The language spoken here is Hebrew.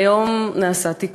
והיום נעשה תיקון,